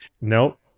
Nope